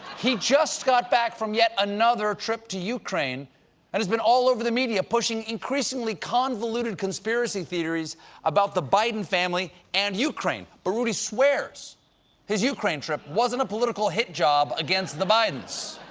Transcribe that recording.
he just got back from yet another trip to ukraine and has been all over the media, pushing increasingly convoluted conspiracy theories about the biden family and ukraine. but rudy swears his ukraine trip wasn't a political hit job against the bidens.